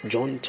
John